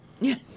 Yes